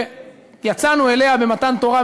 שיצאנו אליה במתן תורה,